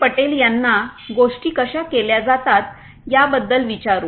पटेल यांना गोष्टी कशा केल्या जातात याबद्दल विचारू